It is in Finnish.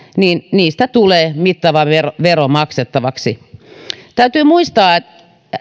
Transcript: niistä tulee mittava vero vero maksettavaksi täytyy muistaa